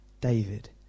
david